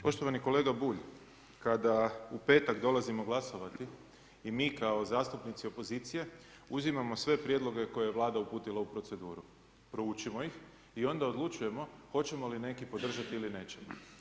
Poštovani kolega Bulj, kada u petak dolazimo glasovati i mi kao zastupnici opozicije uzimamo sve prijedloge koje je Vlada uputila u proceduru, proučimo ih i onda odlučujemo hoćemo li neke podržati ili nećemo.